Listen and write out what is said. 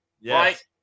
Yes